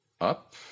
up